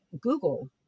Google